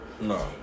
No